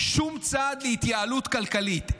שום צעד להתייעלות כלכלית,